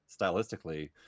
stylistically